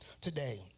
today